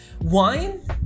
wine